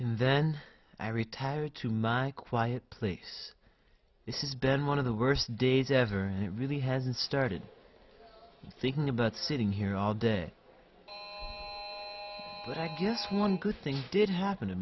in then i retire to my quiet place this has been one of the worst days ever and it really hasn't started thinking about sitting here all day but i guess one good thing did happen to